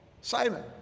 Simon